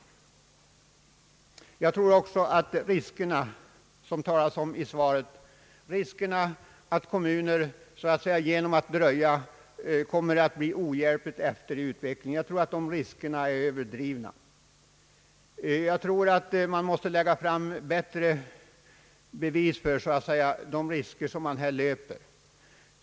Jag tror också att de risker som det talas om i svaret, nämligen att kommuner genom att dröja kommer att bli ohjälpligt efter i utvecklingen, är överdrivna. Man måste lägga fram bättre bevis för de risker som man här skulle löpa.